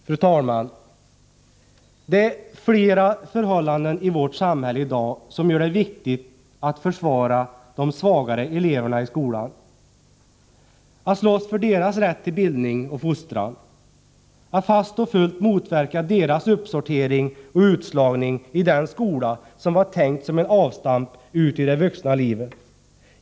Fru talman! Det är flera förhållanden i vårt samhälle i dag som gör det viktigt att försvara de svagare eleverna i skolan. Att slåss för deras rätt till bildning och fostran. Att fast och fullt motverka deras uppsortering och utslagning i den skola som var tänkt som ett avstamp för steget ut i det vuxna livet.